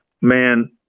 Man